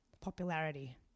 popularity